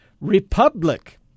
republic